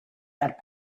that